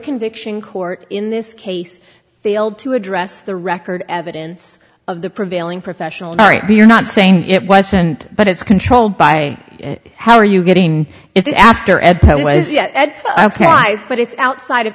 conviction court in this case failed to address the record evidence of the prevailing professional we're not saying it wasn't but it's controlled by it how are you getting it after ed ok but it's outside of